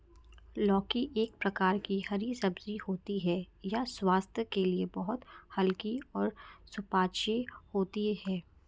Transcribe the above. लौकी एक प्रकार की हरी सब्जी होती है यह स्वास्थ्य के लिए बहुत हल्की और सुपाच्य होती है